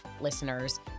listeners